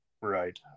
Right